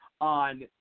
on